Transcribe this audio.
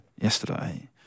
yesterday